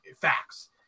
Facts